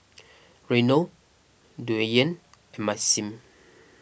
Reino Dwyane and Maxim